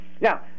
Now